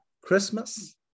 Christmas